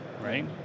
right